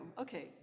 okay